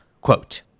Quote